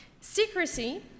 Secrecy